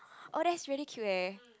oh that's really cute eh